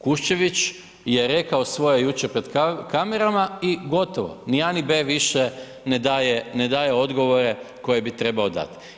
Kuščević je rekao svoje jučer pred kamerama i gotovo, ni a ni b više ne daje odgovore koje bi trebao dati.